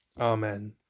Amen